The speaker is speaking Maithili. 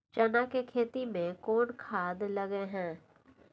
चना के खेती में कोन खाद लगे हैं?